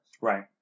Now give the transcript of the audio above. Right